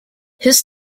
his